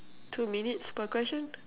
two minutes per question